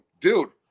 Dude